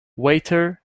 waiter